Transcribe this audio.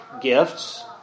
gifts